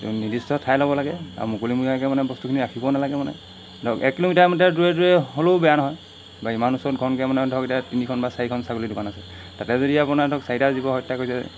নিৰ্দিষ্ট ঠাই ল'ব লাগে আৰু মুকলিমূৰীয়াকৈ মানে বস্তুখিনি ৰাখিবও নালাগে মানে ধৰক এক কিলোমিটাৰ মিটাৰ দূৰে দূৰে হ'লেও বেয়া নহয় বা ইমান ওচৰত ঘনকৈ মানে ধৰক এতিয়া তিনিখন বা চাৰিখন ছাগলী দোকান আছে তাতে যদি আপোনাৰ ধৰক চাৰিটা জীৱ হত্যা কৰিছে